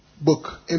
book